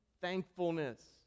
thankfulness